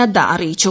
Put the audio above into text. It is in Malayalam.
നദ്ദ അറിയിച്ചു